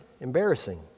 embarrassing